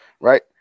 right